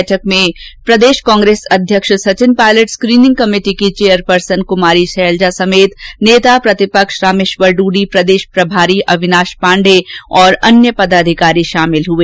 बैठक में प्रदेश कांग्रेस अध्यक्ष सचिन पायलट स्कोनिंग कमेटी की चेयरपर्सन क्मारी शैलेजा समेत नेता प्रतिपक्ष रामेश्वर डूडी प्रदेश प्रभारी अविनाश पांडे सहित अन्य पदाधिकारी शामिल हुए